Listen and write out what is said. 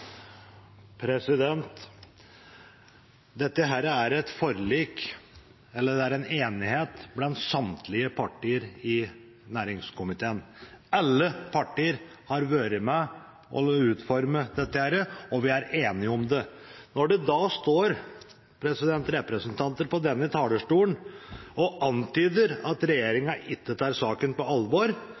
et forlik – eller en enighet – blant samtlige partier i næringskomiteen. Alle partier har vært med og utformet dette, og vi er enige om det. Når det da står representanter på denne talerstolen og antyder at regjeringen ikke tar saken på alvor,